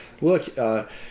look